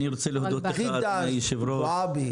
אני רוצה להודות לך אדוני היושב-ראש,